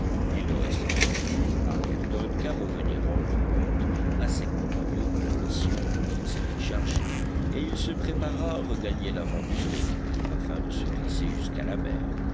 il ne restait donc plus à ayrton qu'à revenir rendre compte à ses compagnons de la mission dont il s'était chargé et il se prépara à regagner l'avant du brick afin de se glisser jusqu'à la mer